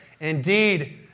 indeed